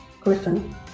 Griffin